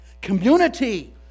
Community